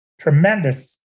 tremendous